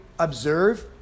observe